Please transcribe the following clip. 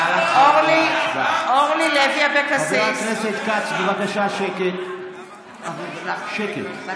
חבר הכנסת כץ, בבקשה, שקט, אתה